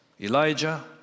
Elijah